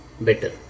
better